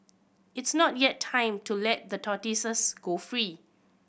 it's not yet time to let the tortoises go free